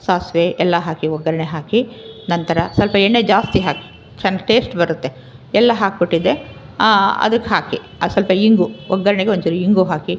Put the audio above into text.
ಸಾಸಿವೆ ಎಲ್ಲ ಹಾಕಿ ಒಗ್ಗರಣೆ ಹಾಕಿ ನಂತರ ಸ್ವಲ್ಪ ಎಣ್ಣೆ ಜಾಸ್ತಿ ಹಾಕಿ ಚಂದ್ ಟೇಸ್ಟ್ ಬರುತ್ತೆ ಎಲ್ಲ ಹಾಕಿಬಿಟ್ಟಿದ್ದೆ ಅದಕ್ಕೆ ಹಾಕಿ ಸ್ವಲ್ಪ ಇಂಗು ಒಗ್ಗರ್ಣೆಗೆ ಒಂಚೂರು ಇಂಗು ಹಾಕಿ